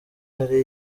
hari